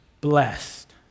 blessed